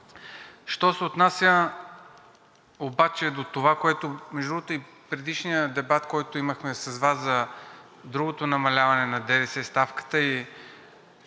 Що се отнася обаче до това, между другото, и предишния дебат, който имахме с Вас за другото намаляване на ДДС ставката и